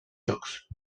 jocs